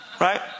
Right